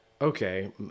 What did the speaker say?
okay